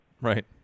Right